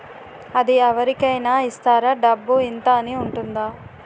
అది అవరి కేనా ఇస్తారా? డబ్బు ఇంత అని ఉంటుందా?